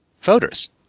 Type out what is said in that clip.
voters